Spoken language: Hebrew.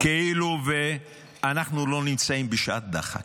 כאילו שאנחנו לא נמצאים בשעת דחק,